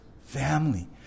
family